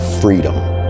freedom